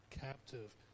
captive